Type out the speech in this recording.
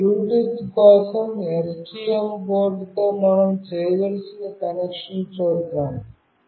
ఈ బ్లూటూత్ కోసం STM బోర్డ్తో మనం చేయాల్సిన కనెక్షన్ను చూద్దాం